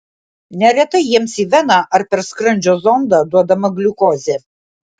neretai jiems į veną ar per skrandžio zondą duodama gliukozė